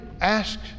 ask